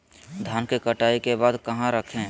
धान के कटाई के बाद कहा रखें?